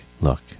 Look